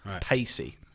Pacey